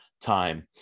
time